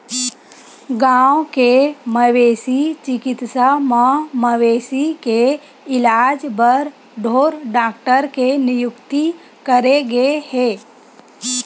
गाँव के मवेशी चिकित्सा म मवेशी के इलाज बर ढ़ोर डॉक्टर के नियुक्ति करे गे हे